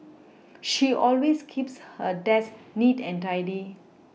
she always keeps her desk neat and tidy